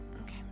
Okay